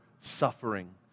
suffering